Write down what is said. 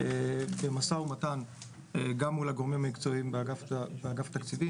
במשא ומתן גם מול הגורמים המקצועיים באגף התקציבים